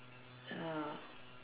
ya